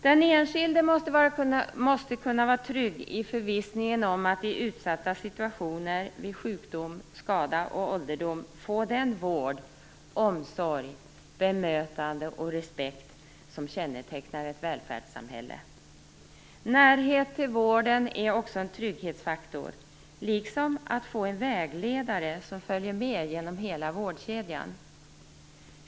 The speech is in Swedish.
Den enskilde måste kunna vara trygg i förvissningen om att i utsatta situationer vid sjukdom, skada och ålderdom få den vård, den omsorg, det bemötande och den respekt som kännetecknar ett välfärdssamhälle. Närhet till vården är också en trygghetsfaktor, liksom att få en vägledare som följer med genom hela vårdkedjan.